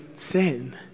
sin